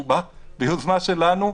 שהוא בא ביוזמה שלנו,